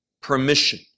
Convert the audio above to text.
permission